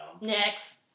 Next